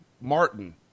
Martin